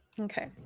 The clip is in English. Okay